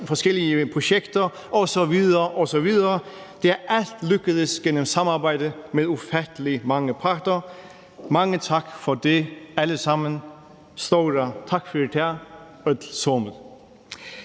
forskellige projekter osv. osv., er det alt sammen lykkedes gennem samarbejde med ufattelig mange parter. Mange tak for det, alle sammen. Störa takk fyri tað,